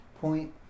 Point